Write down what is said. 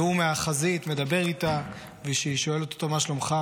והוא מהחזית מדבר איתה וכשהיא שואלת אותו: מה שלומך?